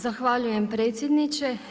Zahvaljujem predsjedniče.